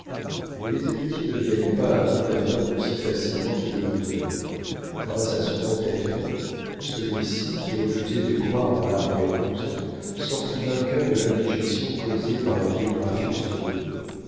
mais les héritiers ne viennent pas à bout d'un oncle aussi facilement qu'ils le voudraient grâce à son entêtement celui-ci qui refusait de croire en larrière cousin sortit vainqueur de l'indigestion causée par la biographie de son neveu